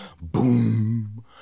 boom